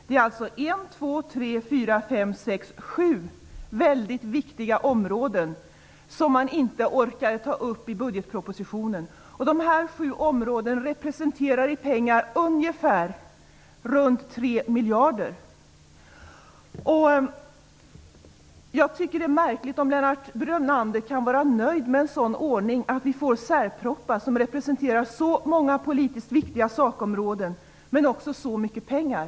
Det är alltså sju mycket viktiga områden som man inte orkar ta upp i budgetpropositionen. I pengar representerar de ungefär tre miljarder. Jag tycker att det är märkligt att Lennart Brunander kan vara nöjd med en ordning som innebär att vi får särpropositioner på så många politiskt viktiga sakområden som representerar så mycket pengar.